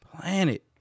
planet